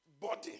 body